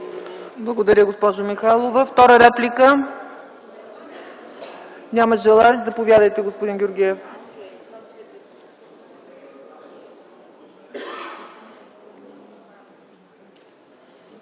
Благодаря, госпожо Михайлова. Втора реплика? Няма желаещ. Заповядайте, господин Георгиев.